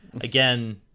again